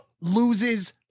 loses